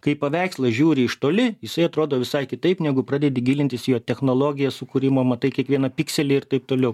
kai paveikslą žiūri iš toli jisai atrodo visai kitaip negu pradedi gilintis į jo technologiją sukūrimo matai kiekvieną pikselį ir taip toliau